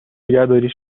نگهداری